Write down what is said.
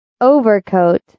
Overcoat